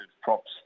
props